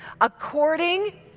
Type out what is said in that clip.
According